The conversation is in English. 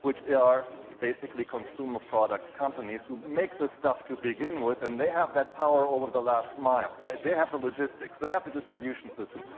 which are basically consumer products companies who make the stuff to begin with and they have that power over the last mile, right? they have the logistics, they have the distribution system,